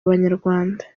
abanyarwanda